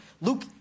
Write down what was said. Luke